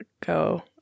go